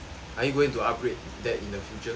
are you going to upgrade that in the future